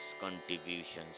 contributions